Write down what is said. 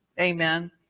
Amen